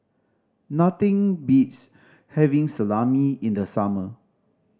nothing beats having Salami in the summer